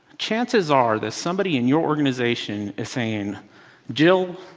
chances are that somebody in your organization is saying jill,